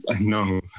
No